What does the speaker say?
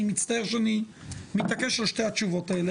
אני מצטער שאני מתעקש על שתי התשובות האלו,